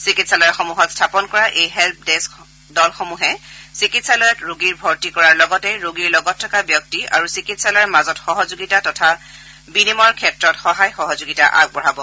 চিকিৎসালয়সমূহত স্থাপন কৰা এই হেল্প ডেস্ক দলসমূহে চিকিৎসালয়ত ৰোগীৰ ভৰ্তি কৰাৰ লগতে ৰোগীৰ লগত থকা ব্যক্তি আৰু চিকিৎসালয়ৰ মাজত সহযোগিতা তথা মত বিনিময়ৰ ক্ষেত্ৰত সহায় সহযোগিতা আগবঢ়াব